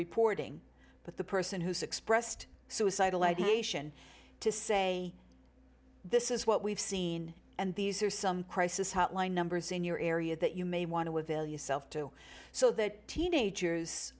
reporting but the person who's expressed suicidal ideation to say this is what we've seen and these are some crisis hotline numbers in your area that you may want to avail yourself to so that teenagers